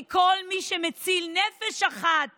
כי כל מי שמציל נפש אחת